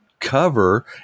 cover